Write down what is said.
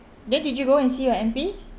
then did you go and see your M_P